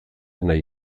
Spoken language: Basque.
nahi